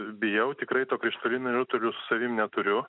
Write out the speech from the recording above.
bijau tikrai to krištolinio rutulio su savim neturiu